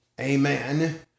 amen